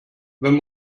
wenn